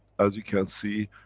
as you can see,